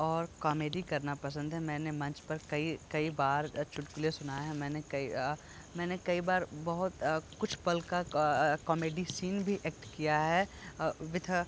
और कॉमेडी करना पसंद है मैंने मंच पर कई कई बार चुटकुले सुनाए हैं मैंने कई मैंने कई बार बहुत कुछ पल का कॉमेडी सीन भी एक्ट किया है विथ